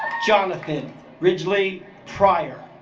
jonathan ridgely prior